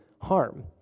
harm